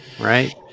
Right